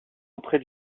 auprès